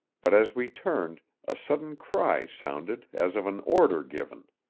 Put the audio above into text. but as we turned, a sudden cry sounded as of an order given.